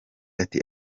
ati